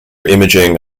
imaging